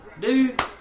dude